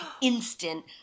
instant